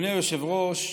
אדוני היושב-ראש,